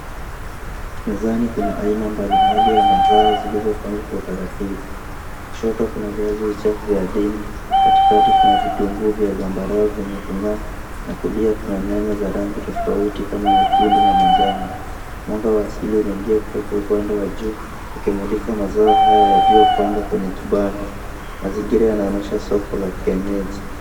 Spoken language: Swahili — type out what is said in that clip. Mezani kuna aina mbali mbali ya mazao zilizopangwa kwa utaratibu. Kushoto kuna viazi vichafu ardhini katikati kuna vitunguu vya zambarau vyenye kung'aa na kulia kuna nyanya za rangi tofauti kama nyekundu na manjano. Mwanga wa asili unaingia kutoka upande wa juu ukimulika mazao haya yaliyopangwa kwenye kibanda. Mazingira yanaonyesha soko la kienyeji.